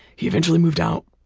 he eventually moved out,